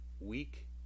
Week